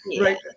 right